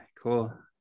cool